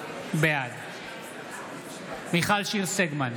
בעד מיכל שיר סגמן,